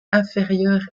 inférieur